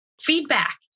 feedback